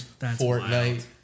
Fortnite